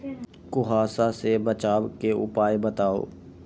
कुहासा से बचाव के उपाय बताऊ?